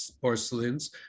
porcelains